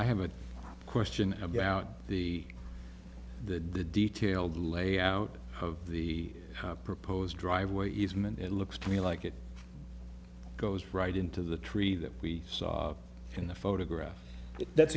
have a question about the the detailed layout of the proposed driveway easement it looks to me like it goes right into the tree that we saw in the photograph that's